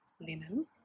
linen